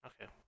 Okay